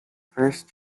first